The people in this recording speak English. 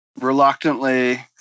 reluctantly